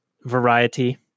variety